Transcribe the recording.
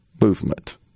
movement